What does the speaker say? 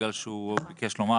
בגלל שהוא ביקש לומר